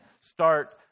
start